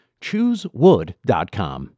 Choosewood.com